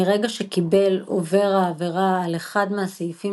מרגע שקיבל עובר העבירה על אחד מהסעיפים